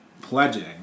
pledging